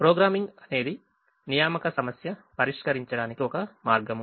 programming అనేది assignment problem పరిష్కరించడానికి ఒక మార్గము